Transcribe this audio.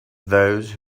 those